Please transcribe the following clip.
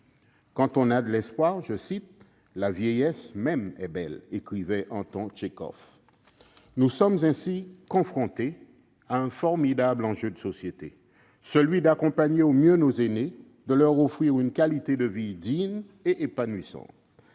Quand on a de l'espoir, la vieillesse même est belle », écrivait Anton Tchekhov. Nous sommes confrontés à un formidable enjeu de société, celui d'accompagner au mieux nos aînés, de leur offrir une qualité de vie digne et épanouissante.